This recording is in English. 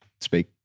speak